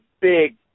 big